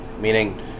meaning